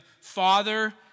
Father